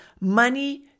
money